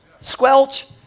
squelch